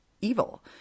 evil